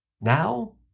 Now